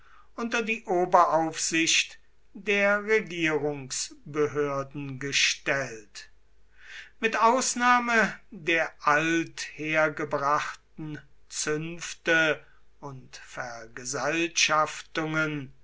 unter die oberaufsicht der regierungsbehörden gestellt mit ausnahme der althergebrachten zünfte und vergesellschaftungen